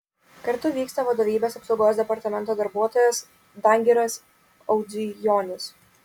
kartu vyksta vadovybės apsaugos departamento darbuotojas dangiras audzijonis